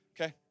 Okay